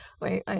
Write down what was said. Wait